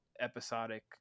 episodic